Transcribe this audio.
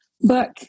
book